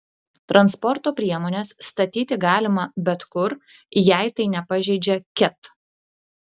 transporto priemones statyti galima bet kur jei tai nepažeidžia ket